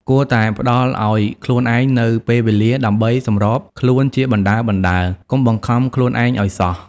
គួរតែផ្ដល់ឱ្យខ្លួនឯងនូវពេលវេលាដើម្បីសម្របខ្លួនជាបណ្តើរៗ កុំបង្ខំខ្លួនឯងអោយសោះ។